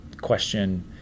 question